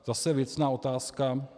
Zase věcná otázka.